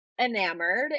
enamored